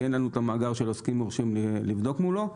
כי אין לנו את המאגר של עוסקים מורשים לבדוק מולו.